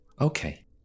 Okay